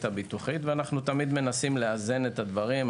הביטוחית ואנו תמיד מנסים לאזן את הדברים.